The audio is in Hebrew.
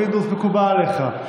פינדרוס, מקובל עליך.